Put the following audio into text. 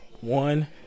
one